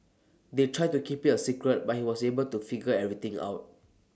they tried to keep IT A secret but he was able to figure everything out